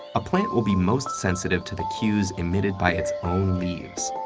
a plant will be most sensitive to the cues emitted by its own leaves.